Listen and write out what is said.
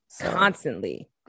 Constantly